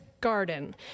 garden